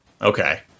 Okay